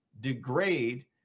degrade